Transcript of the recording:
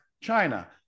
China